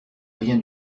rien